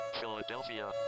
Philadelphia